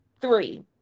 Three